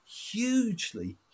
hugely